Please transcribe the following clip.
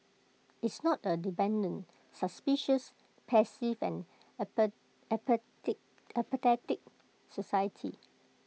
it's not A dependent suspicious passive and apathetic society